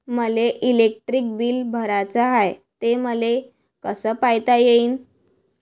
मले electric bill भराचं हाय, ते मले कस पायता येईन?